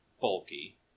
bulky